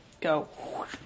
go